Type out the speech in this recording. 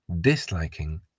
disliking